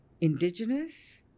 indigenous